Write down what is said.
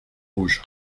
rouge